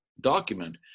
document